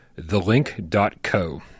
thelink.co